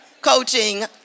coaching